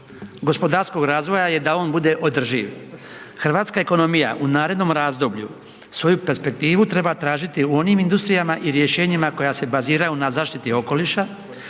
gospodarskog razvoja je da on bude održiv. Hrvatska ekonomija u narednom razdoblju svoju perspektivu treba tražiti u onim industrijama i rješenjima koja se baziraju na zaštiti okoliša,